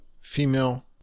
female